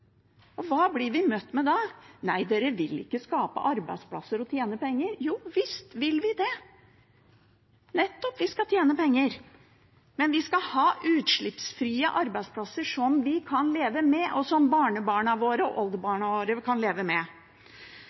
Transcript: Hva blir vi møtt med da? Nei, dere vil ikke skape arbeidsplasser og tjene penger. Jo visst vil vi det! Vi skal nettopp tjene penger, men vi skal ha utslippsfrie arbeidsplasser vi kan leve med, og som barnebarna og oldebarna våre kan leve med.